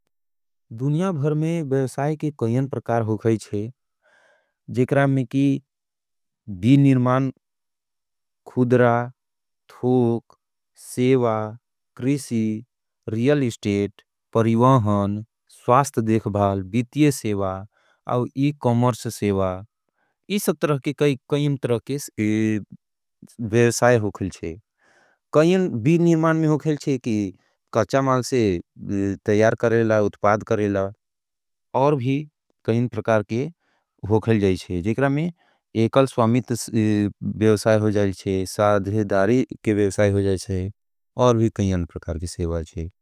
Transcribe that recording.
दुनिया भर में व्याख्यान के कईन परकार हो गई छे जेकरा में की बी निर्मान, खुदरा, ठोक, सेवा, क्रिशी, रियल इस्टेट, परिवाहन, स्वास्त देखभाल, बीतिय सेवा, आओ इकोमर्स सेवा, इस साथ तरह के काईं तरह के व्याख्यान हो गई छे काईं बी निर्मान में हो गई छे कि काचा माल से तैयार करेला, उत्पाद करेला, और भी काईं परकार के हो गई छे जेकरा में एकल स्वामित बेवसाय हो गई छे, साध्य, दारी के बेवसाय हो गई छे, और भी काईं परकार के सेवा हो गई छे।